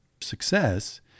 success